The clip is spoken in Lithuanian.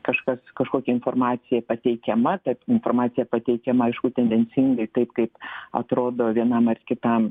kažkas kažkokia informacija pateikiama ta informacija pateikiama aišku tendencingai taip kaip atrodo vienam ar kitam